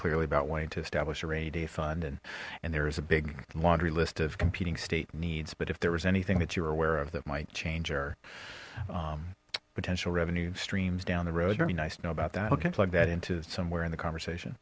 clearly about wanting to establish a rainy day fund and and there is a big laundry list of competing state needs but if there was anything that you were aware of that might change our potential revenue streams down the road or me nice to know about that but can't plug that into somewhere in the conversation